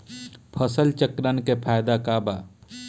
फसल चक्रण के फायदा का बा?